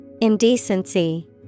indecency